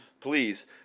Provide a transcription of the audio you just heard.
please